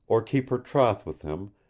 or keep her troth with him,